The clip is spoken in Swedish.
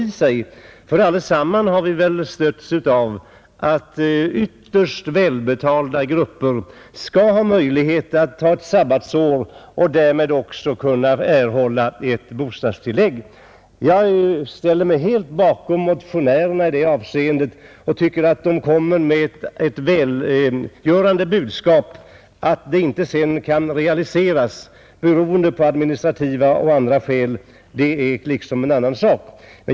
Vi har väl allesamman stötts av att ytterst välbetalda människor skall ha möjlighet att ta ett sabbatsår och därmed också kunna erhålla ett bostadstillägg. Jag ställer mig helt bakom motionärerna i det avseendet och tycker att de framför ett välgörande budskap — att det inte sedan kan realiseras beroende på administrativa och andra förhållanden är liksom en annan sak.